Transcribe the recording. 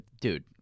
dude